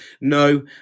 no